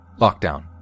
lockdown